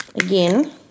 again